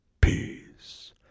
peace